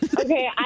Okay